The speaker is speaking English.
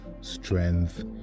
strength